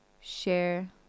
share